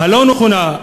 הלא-נכונה,